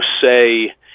say